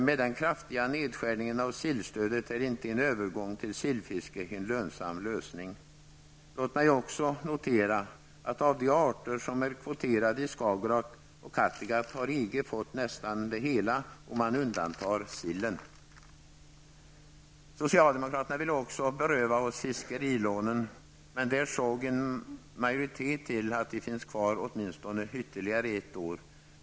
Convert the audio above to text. Med den kraftiga nedskärning som skett av sillstödet är en övergång till sillfiske inte en lönsam lösning. Låt mig också notera att av de arter som är kvoterade i Skagerack och Kattegatt har EG fått nästan det hela, om man undantar sill. Socialdemokraterna ville också beröva oss fiskerilånen, men där såg en majoritet till att de finns kvar åtminstone ytterligare ett år.